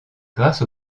grâce